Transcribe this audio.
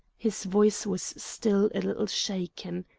his voice was still a little shaken,